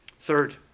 Third